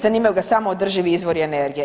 Zanimaju ga samo održivi izvori energije.